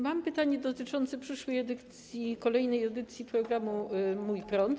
Mam pytanie dotyczące przyszłej, kolejnej edycji programu „Mój prąd”